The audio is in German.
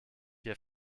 hier